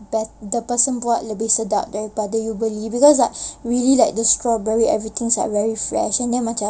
bet the person bought lebih sedap daripada you beli because like really like the strawberries and everything are really fresh and then macam